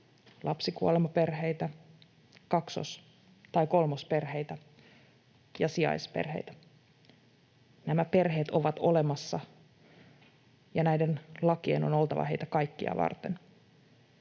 lapsikuolemaperheitä, kaksos- tai kolmosperheitä ja sijaisperheitä. Nämä perheet ovat olemassa, ja näiden lakien on oltava heitä kaikkia varten.